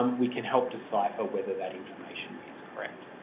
um we can help decipher whether that information is correct.